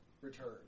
return